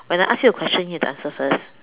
when I ask you a question you have to answer first